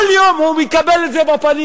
כל יום הוא מקבל את זה בפנים.